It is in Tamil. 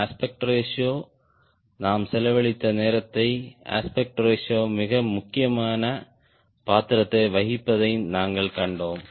அஸ்பெக்ட் ரேஷியோ நாம் செலவழித்த நேரத்தை அஸ்பெக்ட் ரேஷியோ மிக முக்கியமான பாத்திரத்தை வகிப்பதை நாங்கள் கண்டோம்